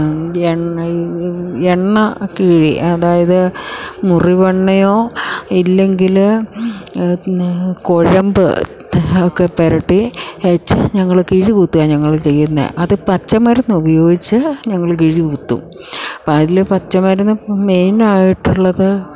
എണ്ണയും എണ്ണ കിഴി അതായത് മുറിവെണ്ണയോ ഇല്ലെങ്കിൽ കുഴമ്പ് ഒക്കെ പുരട്ടി തേച്ചു ഞങ്ങൾ കിഴി കുത്തുകയാണ് ഞങ്ങൾ ചെയ്യുന്നത് അത് പച്ചമരുന്ന് ഉപയോഗിച്ചു ഞങ്ങൾ കിഴി കൂത്തും അപ്പം അതിൽ പച്ചമരുന്ന് മെയിനായിട്ടുള്ളത്